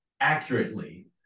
accurately